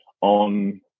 on